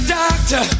doctor